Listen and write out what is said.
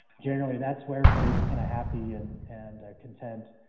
generally that's where everybody's kinda happy and and content.